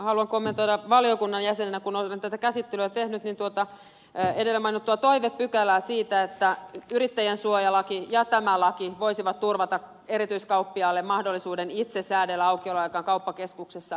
haluan kommentoida valiokunnan jäsenenä kun olen tätä käsittelyä tehnyt edellä mainittua toivepykälää siitä että yrittäjänsuojalaki ja tämä laki voisivat turvata erityiskauppiaalle mahdollisuuden itse säädellä aukioloaikojaan kauppakeskuksessa